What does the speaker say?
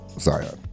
Zion